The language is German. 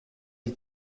die